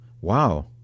Wow